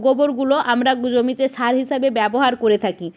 গোবরগুলো আমরা জমিতে সার হিসাবে ব্যবহার করে থাকি